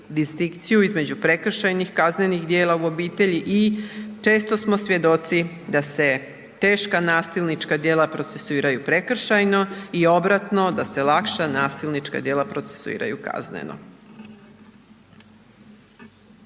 distinkciju između prekršajnih kaznenih djela u obitelji i često smo svjedoci da se teška nasilnička djela procesuiraju prekršajno, i obratno da se lakša nasilnička djela procesuiraju kazneno.